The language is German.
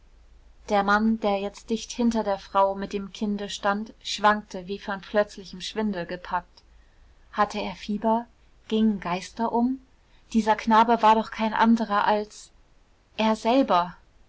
der mann der jetzt dicht hinter der frau mit dem kinde stand schwankte wie von plötzlichem schwindel gepackt hatte er fieber gingen geister um dieser knabe war doch kein anderer als er selber